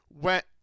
went